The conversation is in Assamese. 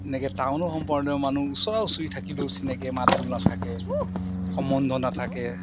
এনেকৈ টাউনো সম্পৰ্কীয় মানুহ ওচৰা উচৰি থাকিলেও চিনাকিৰ মাতবোল নাথাকে সম্বন্ধ নাথাকে